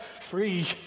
free